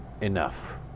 enough